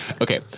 Okay